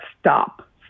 stop